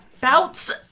bouts